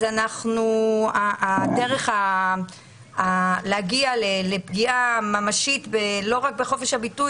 אז הדרך להגיע לפגיעה ממשית לא רק בחופש הביטוי